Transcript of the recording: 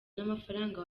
n’amafaranga